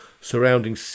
surrounding